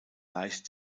leiche